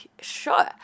sure